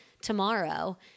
tomorrow